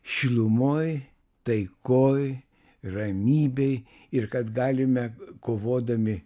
šilumoj taikoj ramybėj ir kad galime kovodami